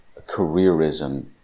careerism